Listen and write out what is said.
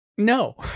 No